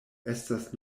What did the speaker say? estas